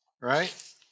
Right